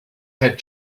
head